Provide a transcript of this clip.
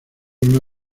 una